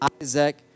Isaac